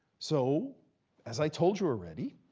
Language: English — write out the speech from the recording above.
so as i told you already,